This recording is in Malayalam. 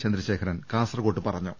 ച ന്ദ്രശേഖരൻ കാസർകോട്ട് പറഞ്ഞു